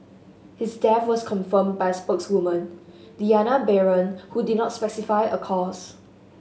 his death was confirmed by a spokeswoman Diana Baron who did not specify a cause